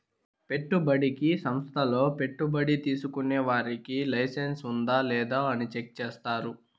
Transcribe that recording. పెట్టుబడికి సంస్థల్లో పెట్టుబడి తీసుకునే వారికి లైసెన్స్ ఉందా లేదా అని చెక్ చేస్తారు